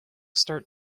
start